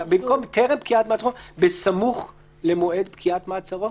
במקום "טרם פקיעת מעצרו" "בסמוך למועד פקיעת מעצרו".